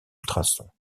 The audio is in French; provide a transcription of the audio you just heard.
ultrasons